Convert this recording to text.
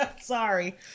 Sorry